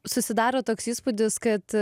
susidaro toks įspūdis kad